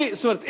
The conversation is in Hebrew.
זאת אומרת,